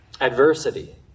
adversity